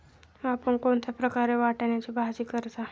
आपण कोणत्या प्रकारे वाटाण्याची भाजी करता?